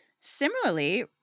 Similarly